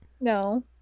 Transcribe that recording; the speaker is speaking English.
No